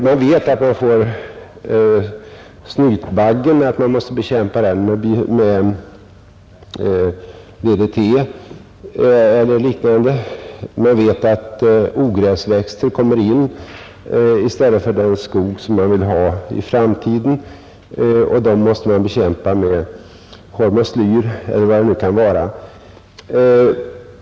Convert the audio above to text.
Man vet att man måste bekämpa snytbaggen med DDT eller liknande. Man vet att ogräsväxter kommer in i stället för den skog man vill ha i framtiden, och dem måste man bekämpa med hormoslyr eller vad det nu kan bli fråga om.